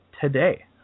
today